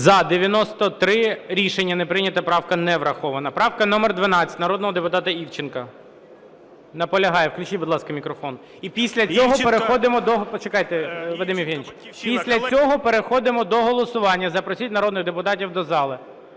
За-93 Рішення не прийнято, правка не врахована. Правка номер 12 народного депутата Івченка. Наполягає. Включіть, будь ласка, мікрофон. І після цього переходимо до голосування, запросіть народних депутатів до зали.